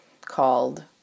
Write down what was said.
called